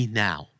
now